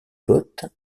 bottes